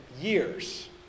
years